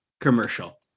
commercial